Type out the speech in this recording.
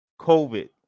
COVID